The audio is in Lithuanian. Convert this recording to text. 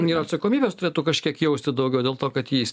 nėra atsakomybės turėtų kažkiek jausti daugiau dėl to kad jais